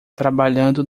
trabalhando